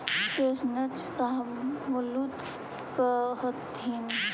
chestnut को शाहबलूत कहथीन